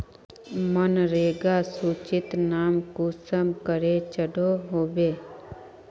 मनरेगा सूचित नाम कुंसम करे चढ़ो होबे?